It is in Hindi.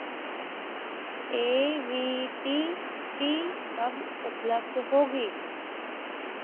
ए वी टी टी कब उपलब्ध होगी